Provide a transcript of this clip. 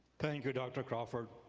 thank you, dr. crawford.